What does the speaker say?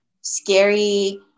scary